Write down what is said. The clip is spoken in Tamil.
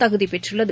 தகுதி பெற்றுள்ளது